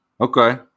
Okay